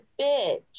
bitch